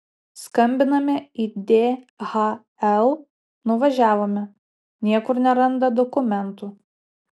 skambiname į dhl nuvažiavome niekur neranda dokumentų